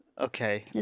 Okay